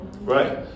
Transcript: Right